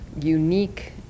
unique